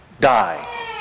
die